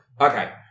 Okay